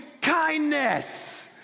kindness